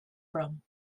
from